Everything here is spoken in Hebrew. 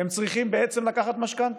הם צריכים בעצם לקחת משכנתה.